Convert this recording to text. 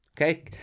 Okay